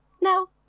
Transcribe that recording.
no